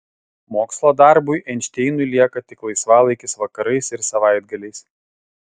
mokslo darbui einšteinui lieka tik laisvalaikis vakarais ir savaitgaliais